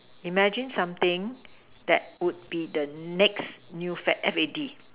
imagine something that would be the next new fad F_A_D